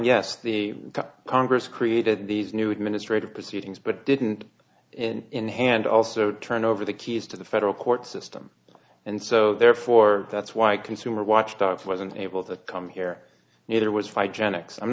yes the congress created these new administrative proceedings but didn't in in hand also turn over the keys to the federal court system and so therefore that's why consumer watchdog wasn't able to come here neither was